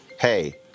hey